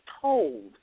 told